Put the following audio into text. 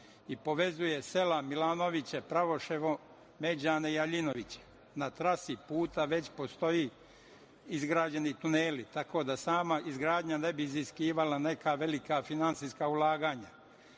i povezuje sela Milanoviće, Pravoševo, Međane i Aljinoviće. Na trasi puta već postoje izgrađeni tuneli, tako da sama izgradnja ne bi iziskivala neka velika finansijska ulaganja.